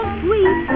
sweet